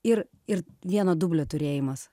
ir ir vieno dublio turėjimas